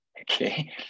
Okay